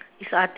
this uh